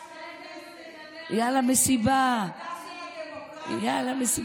יאללה, מסיבה, ירד החושך על הכנסת.